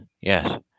yes